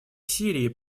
сирии